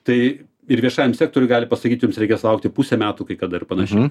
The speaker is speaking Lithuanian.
tai ir viešajam sektoriui gali pasakyt jums reikės laukti pusę metų kai kada ir panašiai